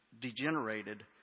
degenerated